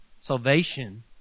Salvation